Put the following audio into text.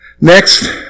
Next